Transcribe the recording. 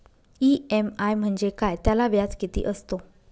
EMI म्हणजे काय? त्याला व्याज किती असतो?